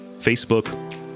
Facebook